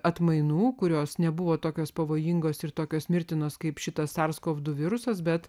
atmainų kurios nebuvo tokios pavojingos ir tokios mirtinos kaip šitas sars kov du virusas bet